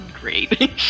great